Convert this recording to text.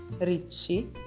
ricci